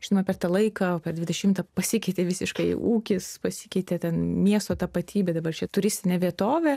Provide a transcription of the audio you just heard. žinoma per tą laiką per dvidešimtą pasikeitė visiškai ūkis pasikeitė ten miesto tapatybė dabar čia turistinė vietovė